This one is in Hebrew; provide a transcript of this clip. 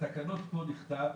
בתקנות פה נכתב